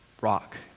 rock